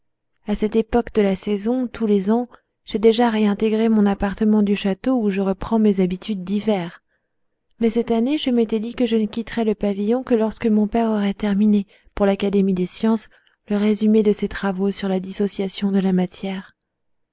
à cette époque de la saison tous les ans j'ai déjà réintégré mon appartement du château où je reprends mes habitudes d'hiver mais cette année je m'étais dit que je ne quitterais le pavillon que lorsque mon père aurait terminé pour l'académie des sciences le résumé de ses travaux sur la dissociation de la matière